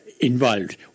involved